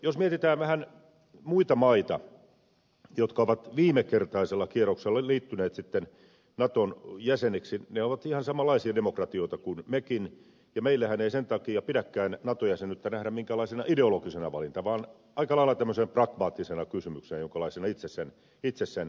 jos mietitään vähän muita maita jotka ovat viimekertaisella kierroksella liittyneet naton jäseniksi ne ovat ihan samanlaisia demokratioita kuin mekin ja meillähän ei sen takia pidäkään nato jäsenyyttä nähdä minkäänlaisena ideologisena valintana vaan aika lailla tämmöisenä pragmaattisena kysymyksenä jonkalaisena itse sen koen